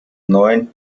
neun